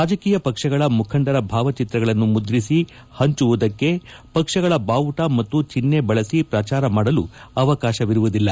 ರಾಜಕೀಯ ಪಕ್ಷಗಳ ಮುಖಂಡರ ಭಾವಚಿತ್ರಗಳನ್ನು ಮುದ್ರಿಸಿ ಹಂಚುವ ಪಕ್ಷಗಳ ಬಾವುಟ ಮತ್ತು ಚಿಹ್ನೆ ಬಳಸಿ ಪ್ರಚಾರ ಮಾಡಲು ಅವಕಾಶವಿಲ್ಲ